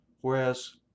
whereas